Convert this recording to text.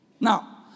Now